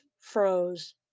froze